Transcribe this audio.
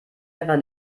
einfach